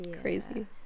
Crazy